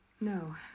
no